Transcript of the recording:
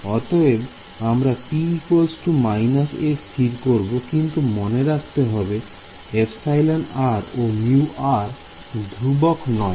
অতএব আমরা p 1 এ স্থির করব কিন্তু মনে রাখতে হবে εr ও μr ধ্রুবক নয়